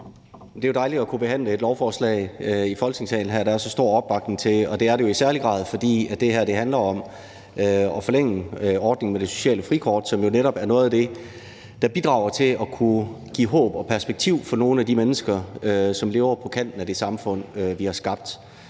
Det er jo dejligt at kunne behandle et lovforslag, der er så stor opbakning til, her i Folketingssalen. Og det er der jo i særlig grad, fordi det her handler om at forlænge ordningen med det sociale frikort, som jo netop er noget af det, som bidrager til at kunne give håb og perspektiv for nogle af de mennesker, som lever på kanten af det samfund, vi har skabt.